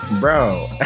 Bro